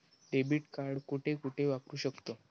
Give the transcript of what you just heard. Debit card कुठे कुठे वापरू शकतव?